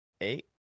eight